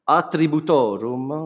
attributorum